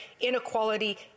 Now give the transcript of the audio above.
inequality